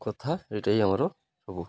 କଥା ଏଇଠେଇ ଆମର ହବ